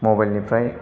mobile निफ्राय